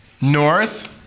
North